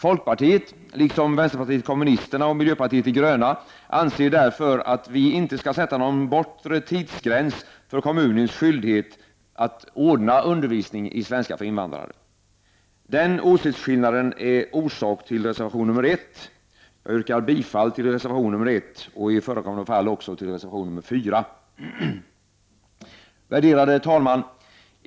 Folkpartiet — liksom vänsterpartiet kommunisterna och miljöpartiet de gröna — anser därför att vi inte skall sätta någon bortre tidsgräns för kommunens skyldighet att ordna undervisning i svenska för invandrare. Den åsiktsskillnaden är orsak till reservation nr 1. Jag yrkar bifall till reservation nr 1 — och i förekommande fall också till reservation nr 4. Värderade talman!